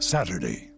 Saturday